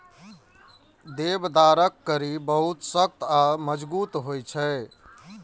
देवदारक कड़ी बहुत सख्त आ मजगूत होइ छै